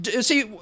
See